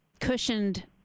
cushioned